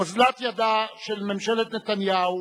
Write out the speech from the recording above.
אוזלת ידה של ממשלת נתניהו